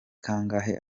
kangahe